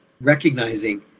recognizing